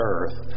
Earth